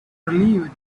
relieved